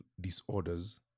disorders